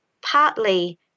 partly